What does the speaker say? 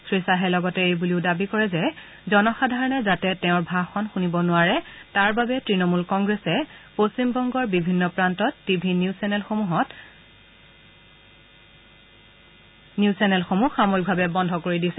শ্ৰীশ্বাহে লগতে এইবলিও দাবী কৰে যে জনসাধাৰণে যাতে তেওঁৰ ভাষণ শুনিব নোৱাৰে তাৰ বাবে তৃণমূল কংগ্ৰেছে পশ্চিমবংগৰ বিভিন্ন প্ৰান্তত টি ভি নিউজ চেনেলসমূহ সাময়িকভাৱে বন্ধ কৰি দিছে